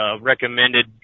recommended